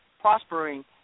prospering